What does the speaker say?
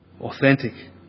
authentic